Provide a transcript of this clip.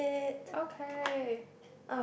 okay